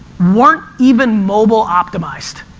weren't even mobile optimized.